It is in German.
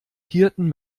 hirten